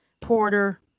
Porter